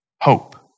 hope